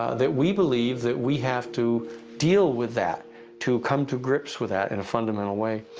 that we believe that we have to deal with that to come to grips with that in a fundamental way.